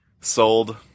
Sold